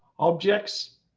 objects,